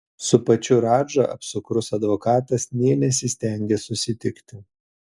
su pačiu radža apsukrus advokatas nė nesistengė susitikti